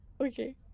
Okay